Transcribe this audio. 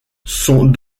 sont